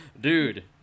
dude